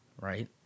right